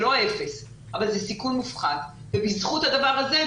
זה לא אפס אבל זה סיכון מופחת ובזכות הדבר הזה,